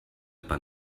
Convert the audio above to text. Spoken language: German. beim